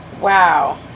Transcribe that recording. Wow